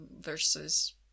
versus